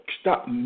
stop